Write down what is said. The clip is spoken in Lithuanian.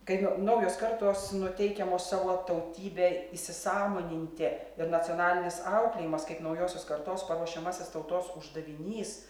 kaip naujos kartos nuteikiamos savo tautybę įsisąmoninti ir nacionalinis auklėjimas kaip naujosios kartos paruošiamasis tautos uždavinys